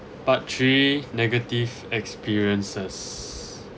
part three negative experiences